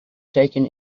taken